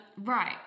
Right